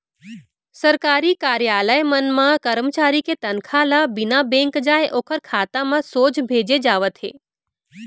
सरकारी कारयालय मन म करमचारी के तनखा ल बिना बेंक जाए ओखर खाता म सोझ भेजे जावत हे